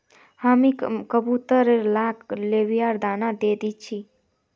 हामी कबूतर लाक लोबियार दाना दे दी छि